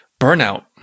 burnout